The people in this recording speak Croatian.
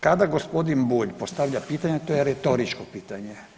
Kada gospodin Bulj postavlja pitanje, to je retoričko pitanje.